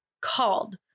called